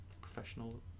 professional